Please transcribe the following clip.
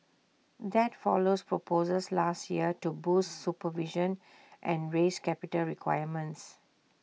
that follows proposals last year to boost supervision and raise capital requirements